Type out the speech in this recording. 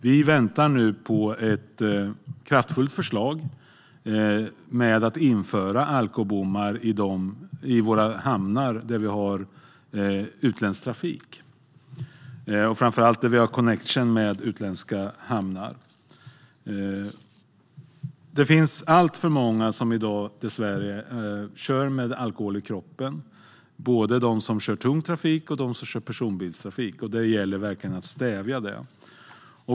Vi väntar nu på ett kraftfullt förslag om att införa alkobommar i våra hamnar där vi har utländsk trafik, framför allt där vi har connection med utländska hamnar. Det är dessvärre alltför många, både i den tunga trafiken och i personbilstrafiken, som i dag kör med alkohol i kroppen. Det gäller verkligen att stävja det.